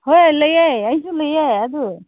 ꯍꯣꯏ ꯂꯩꯌꯦ ꯑꯩꯁꯨ ꯂꯩꯌꯦ ꯑꯗꯨ